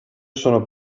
sono